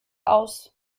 aus